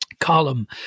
column